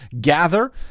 gather